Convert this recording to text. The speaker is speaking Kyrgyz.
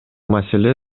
маселе